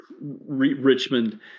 Richmond